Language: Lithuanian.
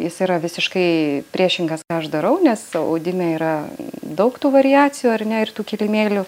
jis yra visiškai priešingas ką aš darau nes audime yra daug tų variacijų ar ne ir tų kilimėlių